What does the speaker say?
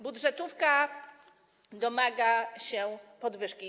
Budżetówka domaga się podwyżki.